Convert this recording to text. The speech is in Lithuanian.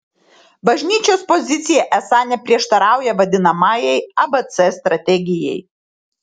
bažnyčios pozicija esą neprieštarauja vadinamajai abc strategijai